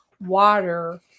water